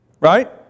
Right